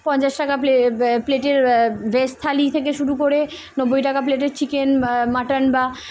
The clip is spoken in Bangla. পঞ্চাশ টাকা প্লে প্লেটের ভেজ থালি থেকে শুরু করে নব্বই টাকা প্লেটের চিকেন মাটান বা